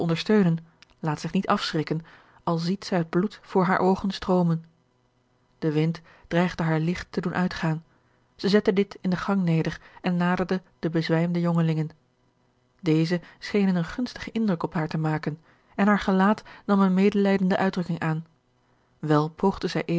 ondersteunen laat zich niet afschrikken al ziet zij het bloed voor hare oogen stroomen de wind dreigde haar licht te doen uitgaan zij zette dit in den gang neder en naderde de bezwijmde jongelingen deze schenen een gunstigeorge een ongeluksvogel gen indruk op haar te maken en haar gelaat nam eene medelijdende uitdrukking aan wel poogde zij